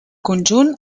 conjunt